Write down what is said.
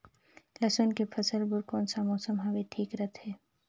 लसुन के फसल बार कोन सा मौसम हवे ठीक रथे?